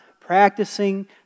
practicing